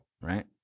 right